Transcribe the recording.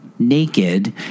naked